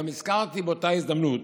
גם הזכרתי באותה הזדמנות